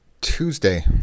Tuesday